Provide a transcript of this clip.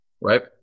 right